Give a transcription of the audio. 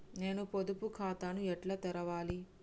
నేను పొదుపు ఖాతాను ఎట్లా తెరవాలి?